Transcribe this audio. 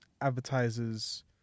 advertisers